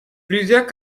plusieurs